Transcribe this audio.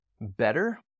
better